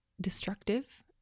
destructive